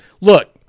look